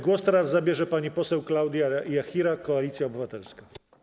Głos teraz zabierze pani poseł Klaudia Jachira, Koalicja Obywatelska.